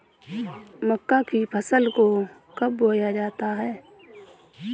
मक्का की फसल को कब बोया जाता है?